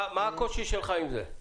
מה הקושי שלך עם זה?